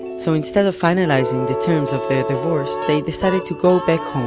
so instead of finalizing the terms of their divorce, they decided to go back home,